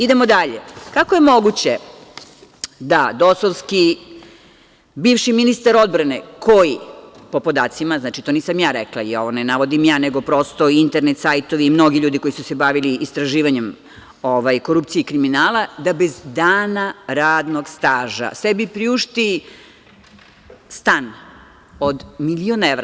Idemo dalje, kako je moguće da dosovski bivši ministar odbrane koji po podacima, znači, to nisam ja rekla, ne navodim ja, nego prosto internet, sajtovi, mnogi ljudi koji su se bavili istraživanjem korupcije i kriminala, da bez dana radnog staža sebi priušti stan od milion evra.